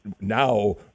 now